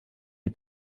die